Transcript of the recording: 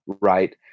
right